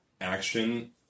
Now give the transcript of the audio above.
action